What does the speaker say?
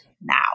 now